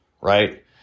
right